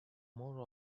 more